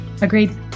Agreed